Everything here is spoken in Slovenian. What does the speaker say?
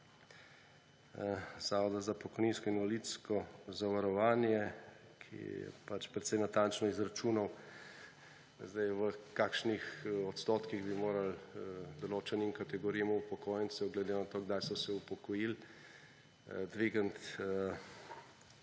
Zavoda za pokojninsko in invalidsko zavarovanje, ki je precej natančno izračunal, v kakšnih odstotkih bi morali določeni kategoriji upokojencev glede na to, kdaj so se upokojili, dvigniti